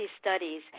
studies